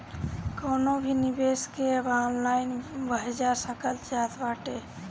कवनो भी निवेश के अब ऑनलाइन भजा सकल जात बाटे